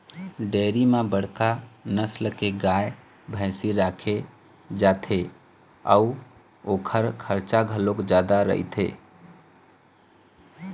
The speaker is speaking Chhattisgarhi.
डेयरी म बड़का नसल के गाय, भइसी राखे जाथे अउ ओखर खरचा घलोक जादा रहिथे